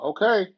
Okay